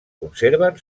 conserven